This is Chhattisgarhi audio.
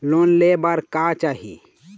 लोन ले बार का चाही?